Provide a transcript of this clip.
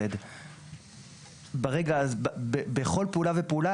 Z". בכל פעולה ופעולה,